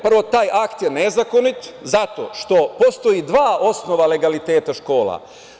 Prvo, taj akt je nezakonit, zato što postoji dva osnova legaliteta škola.